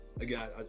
again